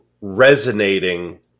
resonating